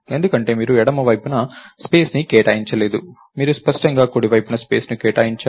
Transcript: ఎందుకంటే మీరు ఎడమ వైపున స్పేస్ ని కేటాయించలేదు మీరు స్పష్టంగా కుడి వైపున స్పేస్ ని కేటాయించారు